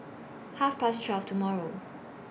Half Past twelve tomorrow